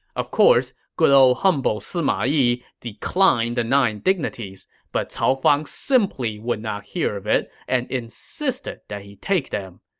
of course, good ol' humble sima yi declined the nine dignities, but cao fang simply would not hear of it and insisted that he take them.